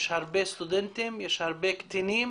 יש הרבה סטודנטים, הרבה קטינים